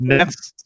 Next